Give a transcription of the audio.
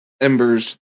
embers